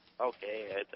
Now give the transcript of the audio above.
Okay